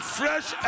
fresh